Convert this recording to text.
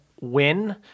win